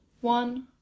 One